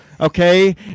Okay